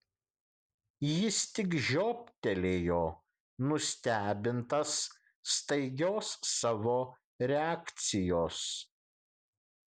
jis tik žioptelėjo nustebintas staigios savo reakcijos